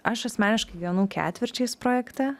aš asmeniškai gyvenau ketvirčiais projekte